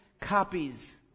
copies